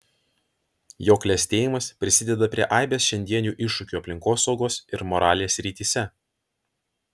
jo klestėjimas prisideda prie aibės šiandienių iššūkių ir aplinkosaugos ir moralės srityse